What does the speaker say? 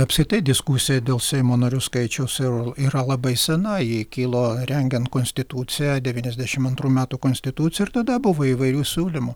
apskritai diskusija dėl seimo narių skaičiaus ir yra labai sena ji kilo rengiant konstituciją devyniasdešimt antrų metų konstituciją ir tada buvo įvairių siūlymų